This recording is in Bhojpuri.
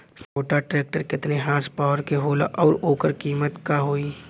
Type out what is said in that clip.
छोटा ट्रेक्टर केतने हॉर्सपावर के होला और ओकर कीमत का होई?